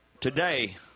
Today